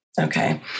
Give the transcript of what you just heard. Okay